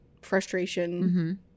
frustration